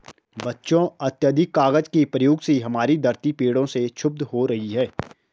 बच्चों अत्याधिक कागज के प्रयोग से हमारी धरती पेड़ों से क्षुब्ध हो रही है